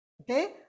Okay